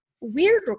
weird